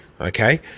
okay